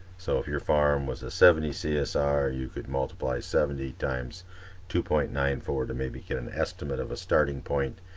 so if your farm was a seventy csr, you could multiply seventy times two point nine four to maybe get an estimate of a starting point,